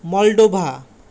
Moldova